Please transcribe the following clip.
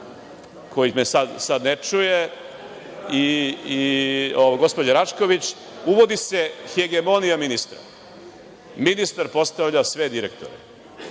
koji me sada ne čuje i gospođa Rašković. Uvodi se hegemonija ministra. Ministar postavlja sve direktore.